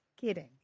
kidding